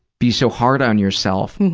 be so hard on yourself.